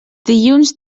dilluns